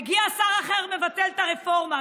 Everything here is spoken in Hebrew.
מגיע שר אחר ומבטל את הרפורמה.